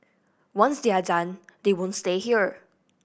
once they are done they won't stay here